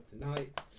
Tonight